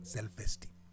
Self-esteem